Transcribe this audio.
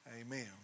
Amen